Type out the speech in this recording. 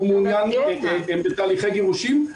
הם בתהליכי גירושין,